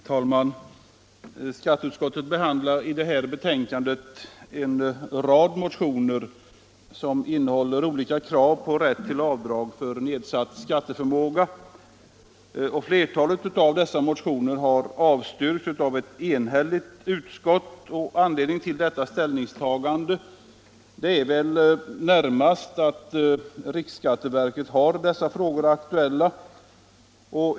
Herr talman! Skatteutskottet behandlar i det här betänkandet en rad motioner som innehåller olika krav på rätt till avdrag för nedsatt skatteförmåga. Flertalet av dessa motioner har avstyrkts av ett enhälligt utskott, och anledningen till detta ställningstagande är närmast att riksskatteverket har dessa frågor aktuella.